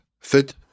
Food